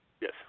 Yes